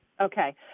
okay